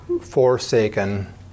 forsaken